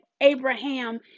Abraham